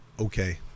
okay